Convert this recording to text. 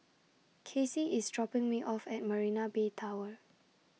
Kasey IS dropping Me off At Marina Bay Tower